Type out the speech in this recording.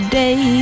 day